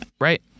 right